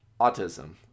autism